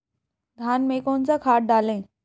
धान में कौन सा खाद डालें?